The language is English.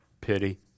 Pity